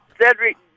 Cedric